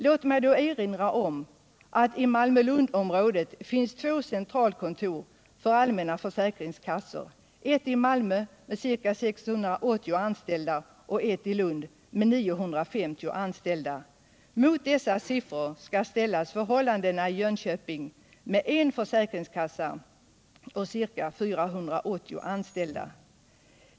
Låt mig då erinra om att i Malmö-Lundområdet finns två centralkontor för allmänna försäkringskassor, ett i Malmö med ca 680 anställda och ett i Lund med 950 anställda. Mot dessa siffror skall ställas förhållandena i Jönköping med ett centralkontor och ca 480 anställda.